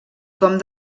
com